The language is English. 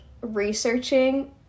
researching